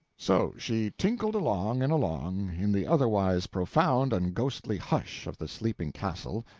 so she tinkled along and along, in the otherwise profound and ghostly hush of the sleeping castle,